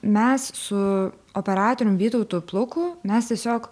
mes su operatorium vytautu pluku mes tiesiog